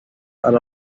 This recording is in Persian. علی